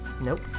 Nope